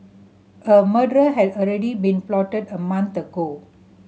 a murder had already been plotted a month ago